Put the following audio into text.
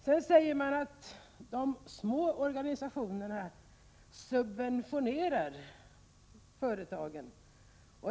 Vidare sägs att de små organisationerna subventionerar företagen.